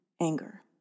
anger